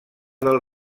del